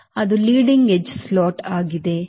ಅದು leading edge slat ಆಗಿದೆ